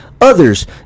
others